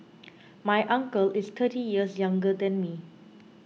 my uncle is thirty years younger than me